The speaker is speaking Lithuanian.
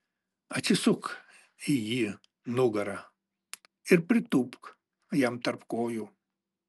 atsisuk į jį nugara ir pritūpk jam tarp kojų